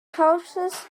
horses